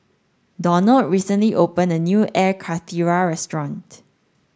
Donald recently opened a new Air Karthira restaurant